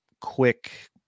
quick